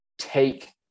take